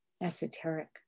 esoteric